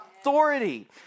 authority